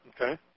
Okay